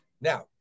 Now